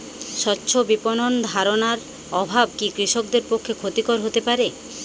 স্বচ্ছ বিপণন ধারণার অভাব কি কৃষকদের পক্ষে ক্ষতিকর হতে পারে?